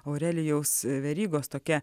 aurelijaus verygos tokia